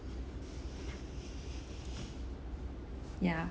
yeah